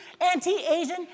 anti-Asian